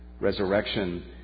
resurrection